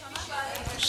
מה פתאום, הכול תותים.